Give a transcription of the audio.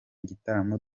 gitaramo